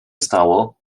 stało